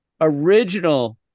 original